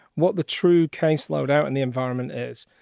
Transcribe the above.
what the true caseload out in the environment is,